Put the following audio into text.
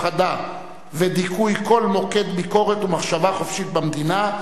הפחדה ודיכוי של כל מוקד ביקורת ומחשבה חופשית במדינה,